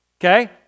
Okay